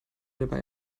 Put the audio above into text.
dabei